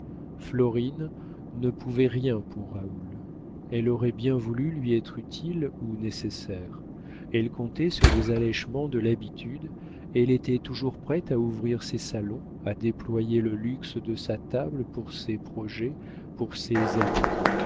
florine ne pouvait rien pour raoul elle aurait bien voulu lui être utile ou nécessaire elle comptait sur les alléchements de l'habitude elle était toujours prête à ouvrir ses salons à déployer le luxe de sa table pour ses projets pour ses amis